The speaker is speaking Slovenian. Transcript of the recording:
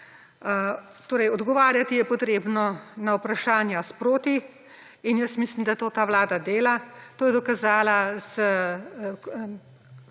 Torej odgovarjati je potrebno na vprašanja sproti in mislim, da to ta vlada dela. To je dokazala z